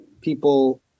People